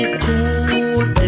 cool